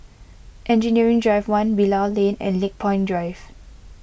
Engineering Drive one Bilal Lane and Lakepoint Drive